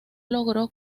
logró